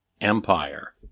Empire